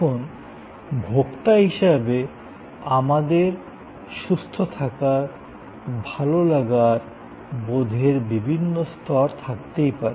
এখন ভোক্তা হিসাবে আমাদের সুস্থ থাকার বা ভাল লাগার বোধের বিভিন্ন স্তর থাকতেই পারে